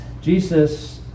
Jesus